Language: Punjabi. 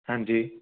ਹਾਂਜੀ